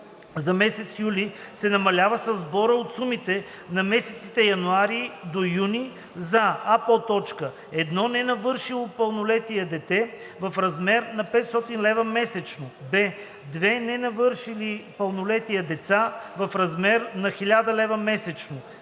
за месец юли се намалява със сбора от сумите за месеците януари-юни за: а) едно ненавършило пълнолетие дете – в размер на 500 лв. месечно; б) две ненавършили пълнолетие деца – в размер на 1000 лв. месечно;